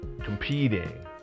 competing